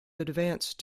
advanced